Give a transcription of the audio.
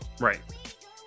Right